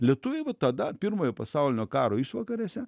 lietuviai va tada pirmojo pasaulinio karo išvakarėse